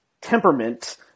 temperament